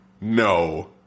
no